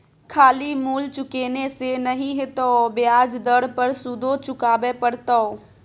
खाली मूल चुकेने से नहि हेतौ ब्याज दर पर सुदो चुकाबे पड़तौ